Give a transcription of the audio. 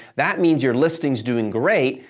that means your listing's doing great,